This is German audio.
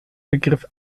begriff